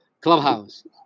clubhouse